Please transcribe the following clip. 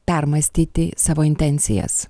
permąstyti savo intencijas